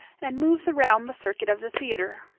and moves around the circuit of the theatre.